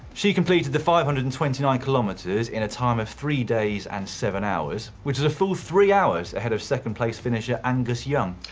she completed the five hundred and twenty nine kilometers in a time of three days and seven hours, which is a full three hours ahead of second place finisher angus young.